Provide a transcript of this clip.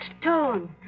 stone